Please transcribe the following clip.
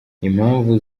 impamvu